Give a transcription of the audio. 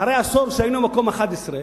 אחרי עשור שהיינו במקום 11,